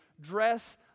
dress